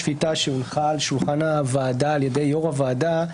השפיטה שהונחה על שולחן הוועדה על ידי יושב ראש הוועדה,